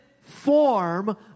form